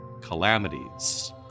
Calamities